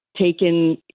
taken